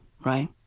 right